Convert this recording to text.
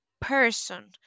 person